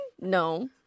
no